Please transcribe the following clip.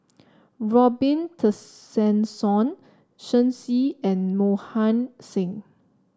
Robin Tessensohn Shen Xi and Mohan Singh